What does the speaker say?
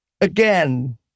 again